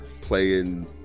playing